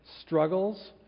struggles